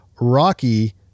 Rocky